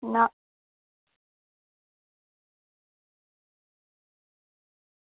नांह्